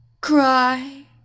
Cry